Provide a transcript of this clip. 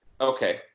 Okay